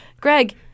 Greg